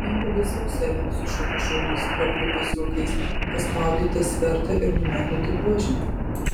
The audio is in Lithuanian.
nieko baisaus sere sušuko šaulys prapliupęs juokais paspaudėte svertą ir nuleidote buožę